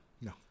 No